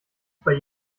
bei